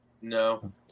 No